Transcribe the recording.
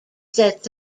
sets